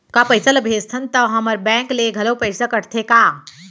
का पइसा ला भेजथन त हमर बैंक ले घलो पइसा कटथे का?